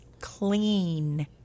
clean